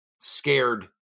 scared